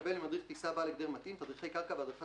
יקבל ממדריך טיסה בעל הגדר מתאים תדריכי קרקע והדרכת